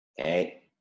Okay